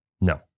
No